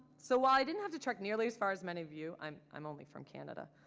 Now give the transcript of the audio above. so while i didn't have to truck nearly as far as many of you, i'm i'm only from canada.